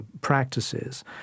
practices